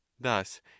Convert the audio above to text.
Thus